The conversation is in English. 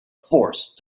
forced